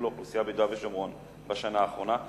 האוכלוסייה ביהודה ושומרון בשנה האחרונה,